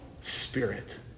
spirit